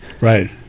right